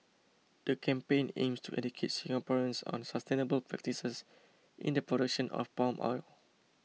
the campaign aims to educate Singaporeans on sustainable practices in the production of palm oil